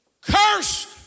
cursed